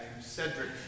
Cedric